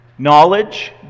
Knowledge